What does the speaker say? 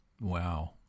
Wow